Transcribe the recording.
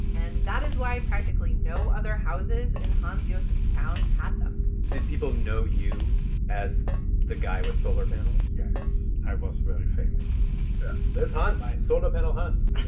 and that is why practically no other houses in hans-josef's town had them did people know you as the guy with solar panels? yes, i was very famous yeah there's hans, solar panel hans